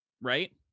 right